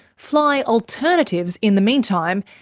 fly alternatives in the meantime,